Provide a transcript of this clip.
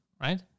right